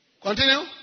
Continue